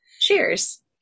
cheers